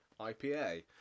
IPA